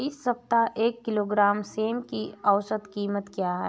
इस सप्ताह एक किलोग्राम सेम की औसत कीमत क्या है?